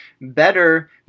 better